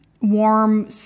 warm